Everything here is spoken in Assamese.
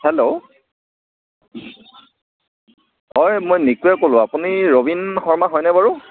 হেল্ল' হয় মই নিকুৱে কলোঁ আপুনি ৰবীন শৰ্মা হয় নে বাৰু